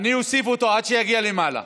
אני אוסיף אותו עד שיגיע למעלה.